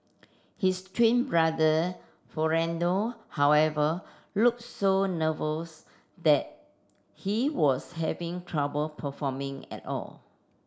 his twin brother Fernando however look so nervous that he was having trouble performing at all